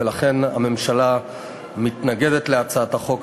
ולכן הממשלה מתנגדת להצעת החוק.